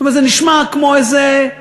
זה נשמע כמו איזה,